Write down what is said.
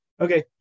Okay